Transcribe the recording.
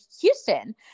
Houston